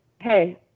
hey